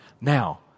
Now